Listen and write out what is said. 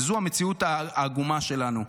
וזו המציאות העגומה שלנו.